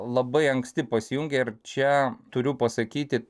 labai anksti pasijungė ir čia turiu pasakyti